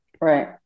Right